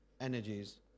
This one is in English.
energies